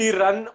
run